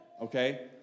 okay